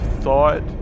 thought